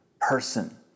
person